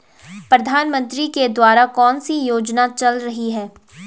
प्रधानमंत्री के द्वारा कौनसी योजनाएँ चल रही हैं?